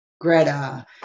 Greta